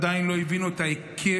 עדיין לא הבינו את ההיקף